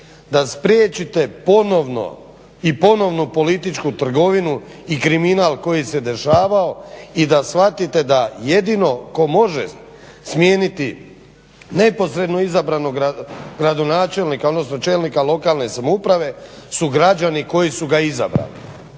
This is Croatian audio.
da spriječite ponovno i ponovnu političku trgovinu i kriminal koji se dešavao i da shvatite da jedino tko može smijeniti neposredno izabranog gradonačelnika odnosno čelnika lokalna samouprave su građani koji su ga izabrali.